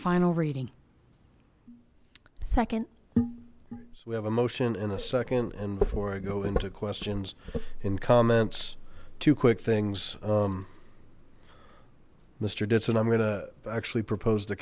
final reading second we have a motion in the second and before i go into questions in comments two quick things mr ditson i'm going to actually propose